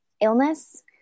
illness